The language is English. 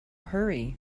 hurry